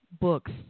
books